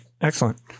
Excellent